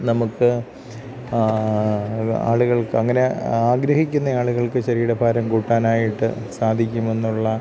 നമുക്ക് ആളുകൾക്കങ്ങനെ ആഗ്രഹിക്കുന്നയാളുകൾക്ക് ശരീരഭാരം കൂട്ടാനായിട്ട് സാധിക്കുമെന്നുള്ള